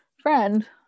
friend